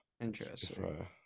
Interesting